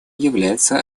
является